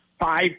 five